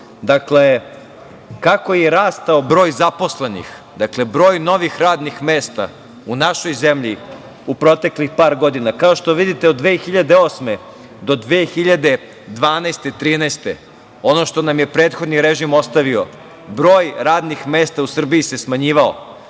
važno, kako je rastao broj zaposlenih, broj novih radnih mesta u našoj zemlji u proteklih par godina. Kao što vidite, od 2008. do 2012-2013. godine, ono što nam je prethodni režim ostavio, broj radnih mesta u Srbiji se smanjivao.